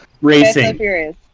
Racing